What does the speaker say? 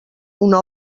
una